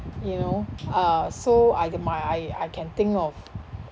you know uh so I can my I I can think of